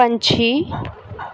ਪੰਛੀ